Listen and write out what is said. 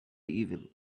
evil